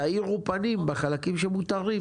תעירו פנים בחלקים שמותרים.